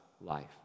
life